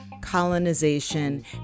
colonization